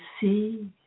see